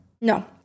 No